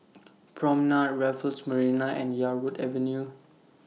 Promenade Raffles Marina and Yarwood Avenue